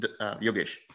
Yogesh